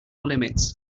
limits